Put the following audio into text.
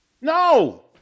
No